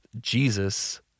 Jesus